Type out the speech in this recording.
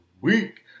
Week